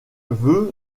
vœux